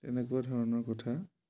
তেনেকুৱা ধৰণৰ কথা